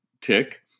tick